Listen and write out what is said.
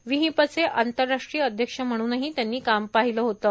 विहिंपचे आंतरराष्ट्रीय अध्यक्ष म्हणूनही त्यांनी काम पहिलं होतं